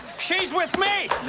she's with me!